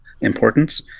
importance